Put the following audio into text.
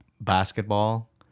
basketball